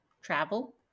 travel